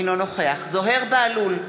אינו נוכח זוהיר בהלול,